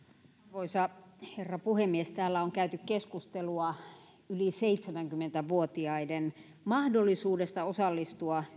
arvoisa herra puhemies täällä on käyty keskustelua yli seitsemänkymmentä vuotiaiden mahdollisuudesta osallistua